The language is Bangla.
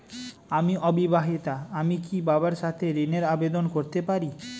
আমি অবিবাহিতা আমি কি বাবার সাথে ঋণের আবেদন করতে পারি?